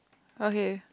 okay